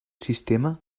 sistema